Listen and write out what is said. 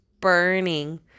burning